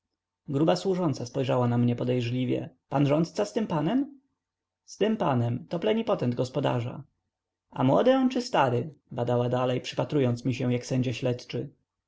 gruba służąca spojrzała na mnie podejrzliwie pan rządca z tym panem z tym panem to plenipotent gospodarza a młody on czy stary badała dalej przypatrując mi się jak sędzia śledczy